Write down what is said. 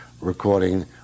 recording